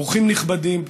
אורחים נכבדים,